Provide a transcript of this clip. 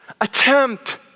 Attempt